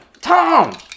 Tom